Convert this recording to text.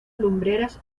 lumbreras